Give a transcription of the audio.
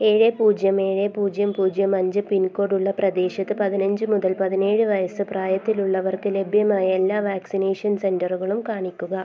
ഏഴേ പൂജ്യം ഏഴേ പൂജ്യം പൂജ്യം അഞ്ച് പിൻകോഡുള്ള പ്രദേശത്ത് പതിനഞ്ച് മുതൽ പതിനേഴ് വയസ്സ് പ്രായത്തിലുള്ളവർക്ക് ലഭ്യമായ എല്ലാ വാക്സിനേഷൻ സെൻ്ററുകളും കാണിക്കുക